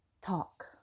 talk